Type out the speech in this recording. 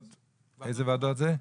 איזה ועדות זה?